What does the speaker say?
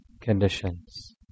conditions